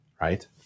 right